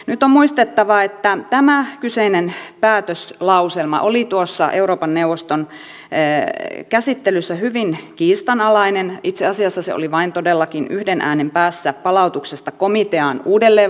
nyt on muistettava että tämä kyseinen päätöslauselma oli tuossa euroopan neuvoston käsittelyssä hyvin kiistanalainen itse asiassa se oli todellakin vain yhden äänen päässä palautuksesta komiteaan uudelleen valmisteltavaksi